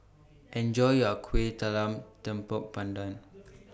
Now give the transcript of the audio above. Enjoy your Kueh Talam Tepong Pandan